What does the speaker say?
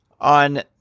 On